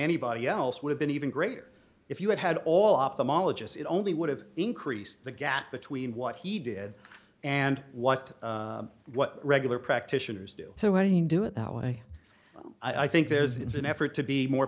anybody else would have been even greater if you had had all ophthalmologists it only would have increased the gap between what he did and what what regular practitioners do so i didn't do it that way i think there's it's an effort to be more